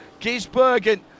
Gisbergen